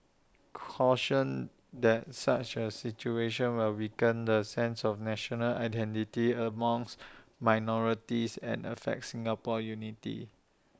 cautioned that such A situation will weaken the sense of national identity among minorities and affect Singapore's unity